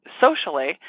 socially